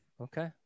okay